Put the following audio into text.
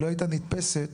היא לא הייתה נתפסת